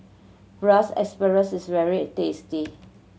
Braised Asparagus is very tasty